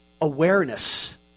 awareness